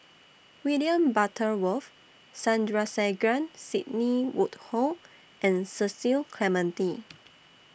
William Butterworth Sandrasegaran Sidney Woodhull and Cecil Clementi